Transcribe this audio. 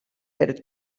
per